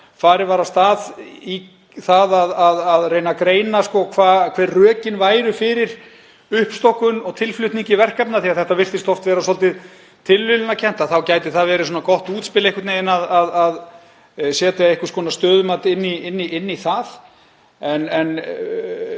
farið var af stað í það að reyna að greina hver rökin væru fyrir uppstokkun og tilflutningi verkefna, því að þetta virtist oft vera svolítið tilviljunarkennt, að þá gæti það verið gott útspil að setja einhvers konar stöðumat inn í það.